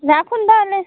রাখুন তাহলে